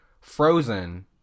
Frozen